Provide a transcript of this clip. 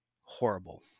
horrible